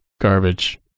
garbage